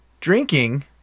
drinking